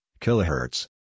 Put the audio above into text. Kilohertz